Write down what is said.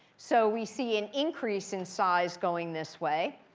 so we see an increase in size going this way.